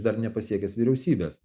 dar nepasiekęs vyriausybės